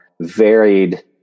varied